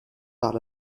par